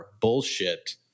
bullshit